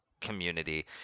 community